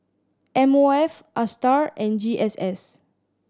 M O F Astar and G S S